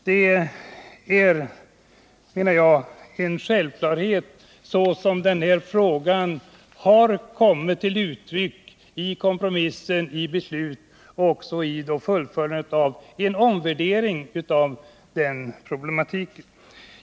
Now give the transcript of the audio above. Det är, menar jag, en självklarhet såsom den här frågan har kommit till uttryck i kompromissen, i beslutet och även i fullföljandet av en omvärdering av problematiken.